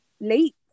late